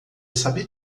sabe